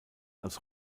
als